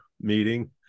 meeting